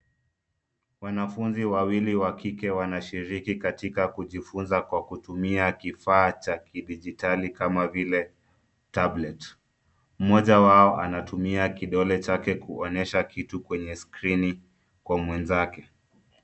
Wanafunzi wawili wa kike wanashiriki katika kujifunza kwa kutumia kifaa cha kijidijitali kama vile tablet .Mmoja wao anatumia kidole chake kuonyesha kitu kwenye skrini kwa mwenzake.